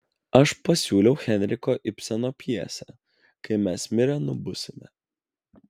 aš pasiūliau henriko ibseno pjesę kai mes mirę nubusime